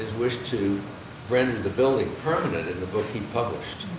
wish to render the building permanent in the book he published,